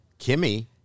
Kimmy